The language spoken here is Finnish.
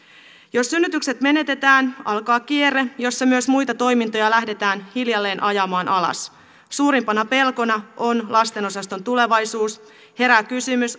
jos synnytykset menetetään alkaa kierre jossa myös muita toimintoja lähdetään hiljalleen ajamaan alas suurimpana pelkona on lastenosaston tulevaisuus herää kysymys